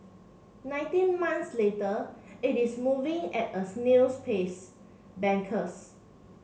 nineteen months later it is moving at a snail's pace bankers